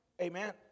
Amen